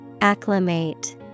Acclimate